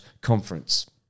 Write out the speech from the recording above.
conference